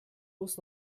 muss